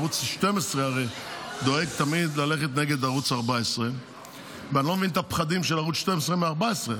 ערוץ 12 הרי דואג ללכת תמיד נגד ערוץ 14. ואני לא מבין את הפחדים של ערוץ 12 מ-14.